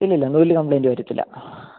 ഇല്ല ഇല്ല നൂല് കമ്പ്ലൈന്റ് വരത്തില്ല